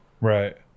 Right